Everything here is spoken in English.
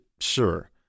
sure